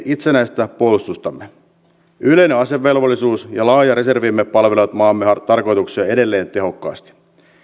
itsenäistä puolustustamme yleinen asevelvollisuus ja laaja reservimme palvelevat maamme tarkoituksia edelleen tehokkaasti